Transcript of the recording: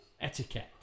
etiquette